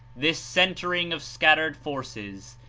this centering of scattered forces,